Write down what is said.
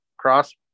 cross